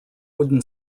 wooden